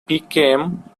became